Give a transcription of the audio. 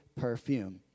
perfume